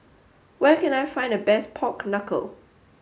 where can I find the best Pork Knuckle